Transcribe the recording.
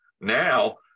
Now